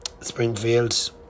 Springfield